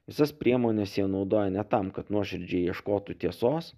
visas priemones jie naudoja ne tam kad nuoširdžiai ieškotų tiesos